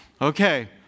Okay